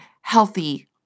healthy